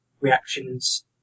Reactions